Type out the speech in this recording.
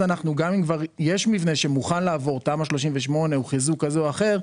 גם אם כבר יש מבנה שמוכן לעבור תמ"א 38 או חיזוק כזה או אחר,